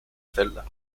celda